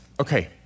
Okay